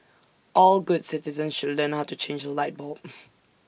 all good citizens should learn how to change A light bulb